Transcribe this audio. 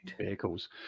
vehicles